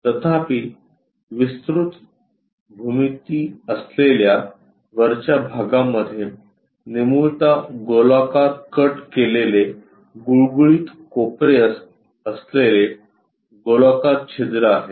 तथापि विस्तृत भूमिती असलेल्या वरच्या भागामध्येनिमुळता गोलाकार कट केलेले गुळगुळीत कोपरे असलेले गोलाकार छिद्र आहे